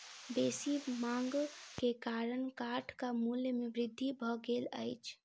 बेसी मांग के कारण काठक मूल्य में वृद्धि भ गेल अछि